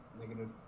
Negative